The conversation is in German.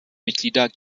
mitglieder